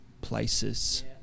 places